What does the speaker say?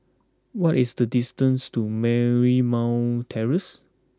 what is the distance to Marymount Terrace